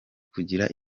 kugira